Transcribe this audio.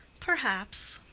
perhaps.